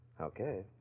Okay